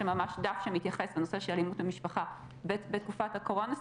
שם ממש דף שמתייחס לנושא אלימות במשפחה בתקופת הקורונה,